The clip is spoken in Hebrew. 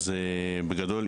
אבל בגדול,